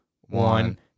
one